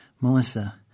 Melissa